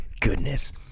goodness